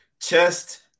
chest